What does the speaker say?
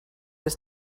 was